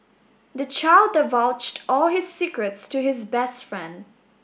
the child divulged all his secrets to his best friend